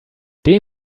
dem